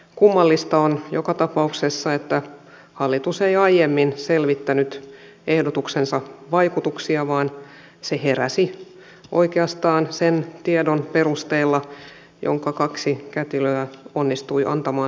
kummallista on joka tapauksessa että hallitus ei aiemmin selvittänyt ehdotuksensa vaikutuksia vaan se heräsi oikeastaan sen tiedon perusteella jonka kaksi kätilöä onnistui antamaan suorassa tv lähetyksessä